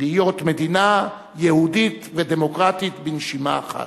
להיות מדינה יהודית ודמוקרטית בנשימה אחת.